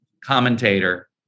commentator